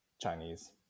Chinese